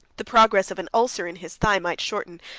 the progress of an ulcer in his thigh might shorten,